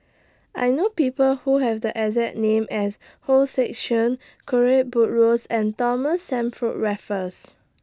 I know People Who Have The exact name as Hong Sek Chern Buttrose and Thomas Stamford Raffles